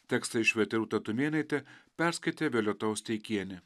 tekstą išvertė rūta tumėnaitė perskaitė violeta osteikienė